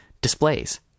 displays